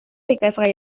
ikasgai